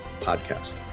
Podcast